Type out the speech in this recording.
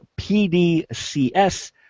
PDCS